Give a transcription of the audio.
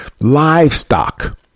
livestock